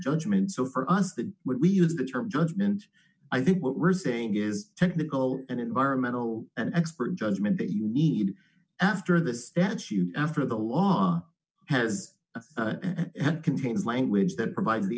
judgment so for us that we use the term judgment i think what we're saying is technical and environmental and expert judgment that you need after the statute after the law has had complaints language that provides the